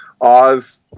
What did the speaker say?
Oz